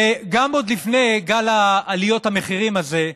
וגם עוד לפני גל עליות המחירים הזה,